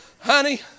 Honey